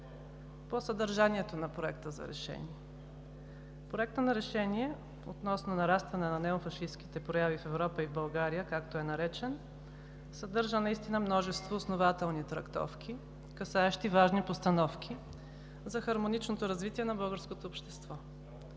По съдържанието на Проекта за решение. Проектът на решение относно нарастване на неофашистките прояви в Европа и в България, както е наречен, съдържа наистина множество основателни трактовки, касаещи важни постановки за хармоничното развитие на българското общество,